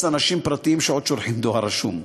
אנשים פרטיים שעוד שולחים דואר רשום.